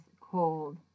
cold